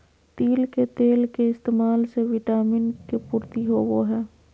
तिल के तेल के इस्तेमाल से विटामिन के पूर्ति होवो हय